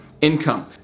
income